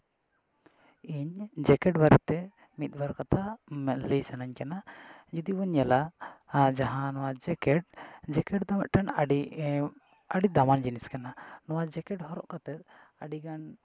ᱤᱧ ᱡᱮᱠᱮᱴ ᱵᱟᱨᱮᱛᱮ ᱢᱤᱫ ᱵᱟᱨ ᱠᱟᱛᱷᱟ ᱢᱮᱱ ᱞᱟᱹᱭ ᱥᱟᱱᱟᱧ ᱠᱟᱱᱟ ᱡᱩᱫᱤ ᱵᱚᱱ ᱢᱮᱱᱟ ᱡᱟᱦᱟᱸ ᱱᱚᱣᱟ ᱡᱮᱠᱮᱴ ᱡᱮᱠᱮᱴ ᱫᱚ ᱢᱤᱫᱴᱮᱱ ᱟᱹᱰᱤ ᱫᱟᱢᱟᱱ ᱡᱤᱱᱤᱥ ᱠᱟᱱᱟ ᱱᱚᱣᱟ ᱡᱮᱠᱮᱴ ᱦᱚᱨᱚᱜ ᱠᱟᱛᱮᱫ ᱟᱹᱰᱤᱜᱟᱱ